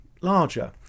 larger